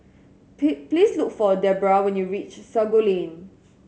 please look for Debra when you reach Sago Lane